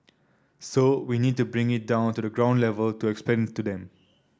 so we need to bring it down to the ground level to explain to them